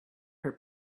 her